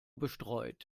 bestreut